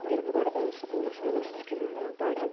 ییٚلہِ بہٕ گۄڈٕ ٲں سُکوٗلَس منٛز ٲسٕس گِنٛد ٲں پَران